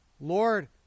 Lord